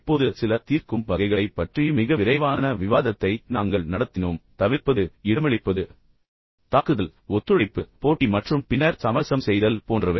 இப்போது சில தீர்க்கும் வகைகளை பற்றி மிக விரைவான விவாதத்தை நாங்கள் நடத்தினோம் தவிர்ப்பது இடமளிப்பது தாக்குதல் ஒத்துழைப்பு போட்டி மற்றும் பின்னர் சமரசம் செய்தல் போன்றவை